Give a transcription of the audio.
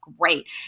great